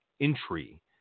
entry